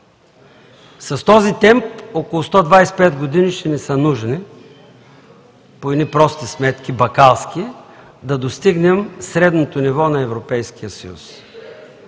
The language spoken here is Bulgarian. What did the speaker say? С този темп около 125 години ще са ни нужни по едни прости сметки, бакалски, да достигнем средното ниво на Европейския съюз.